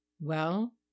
Well